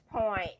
point